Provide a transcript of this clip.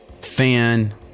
Fan